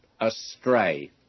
astray